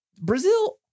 Brazil